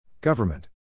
Government